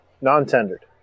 non-tendered